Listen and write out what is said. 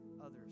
others